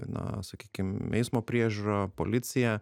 na sakykim eismo priežiūra policija